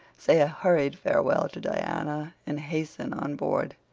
say a hurried farewell to diana, and hasten on board.